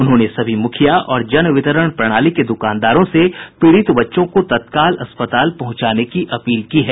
उन्होंने सभी मुखिया और जन वितरण प्रणाली के दुकानदारों से पीड़ित बच्चों को तत्काल अस्पताल पहुंचाने की अपील की है